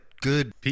good